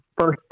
first